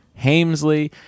Hamesley